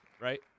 right